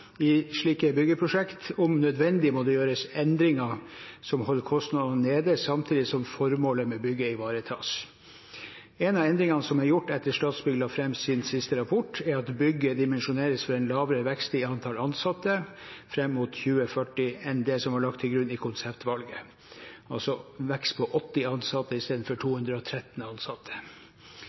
i slike byggeprosjekter. Om nødvendig må det gjøres endringer som holder kostnadene nede, samtidig som formålet med bygget ivaretas. En av endringene som er gjort etter at Statsbygg la fram sin siste rapport, er at bygget dimensjoneres for en lavere vekst i antall ansatte fram mot 2040 enn det som var lagt til grunn i konseptvalget, altså en vekst på 80 ansatte istedenfor 213 ansatte.